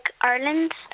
Ireland